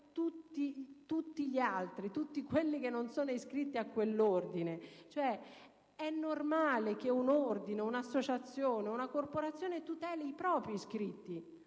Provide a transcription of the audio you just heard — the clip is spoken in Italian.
tutelare tutti gli altri, tutti quelli che non sono iscritti a quell'ordine? È normale che un ordine, un'associazione, una corporazione tuteli i propri iscritti;